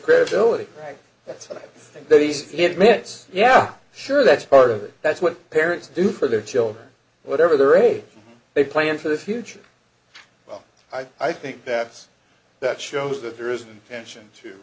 credibility right that's what i think that he admits yeah sure that's part of it that's what parents do for their children whatever their age they plan for the future well i think that that shows that there isn't passion to